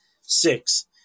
six